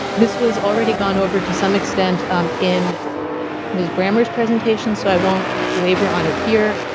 this was already gone over to some extent in ms. brammer's presentation so i won't labor on it here,